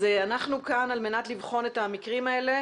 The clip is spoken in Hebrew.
אנחנו כאן על מנת לבחון את המקרים האלה